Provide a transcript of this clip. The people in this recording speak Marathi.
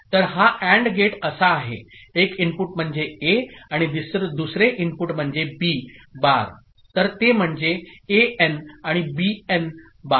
तर हा AND गेट असा आहे एक इनपुट म्हणजे ए आणि दुसरे इनपुट म्हणजे बी बार तर ते म्हणजे एएन आणि बीएन बार